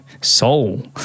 soul